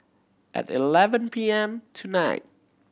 at eleven P M tonight